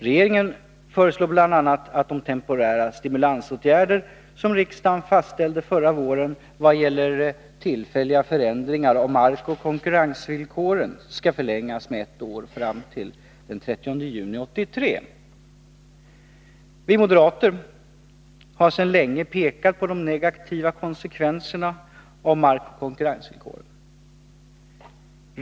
Regeringen föreslår bl.a. att de temporära stimulansåtgärder som riksdagen fastställde förra våren vad gäller tillfälliga förändringar av markoch konkurrensvillkoren skall förlängas med ett år fram till den 30 juni 1983. Vi moderater har sedan länge pekat på de negativa konsekvenserna av markoch konkurrensvillkoren.